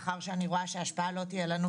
מאחר שאני רואה שהשפעה לא תהיה לנו,